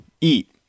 eat